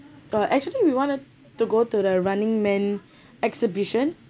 uh actually we wanted to go to the running man exhibition